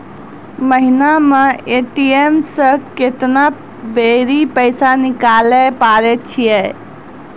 महिना मे ए.टी.एम से केतना बेरी पैसा निकालैल पारै छिये